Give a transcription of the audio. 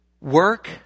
work